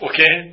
Okay